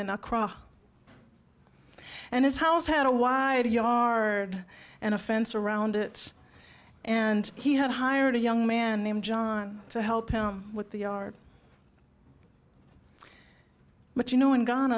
and across and his house had a wide yar and a fence around it and he had hired a young man named john to help with the yard but you know in gon